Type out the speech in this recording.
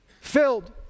Filled